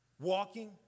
Walking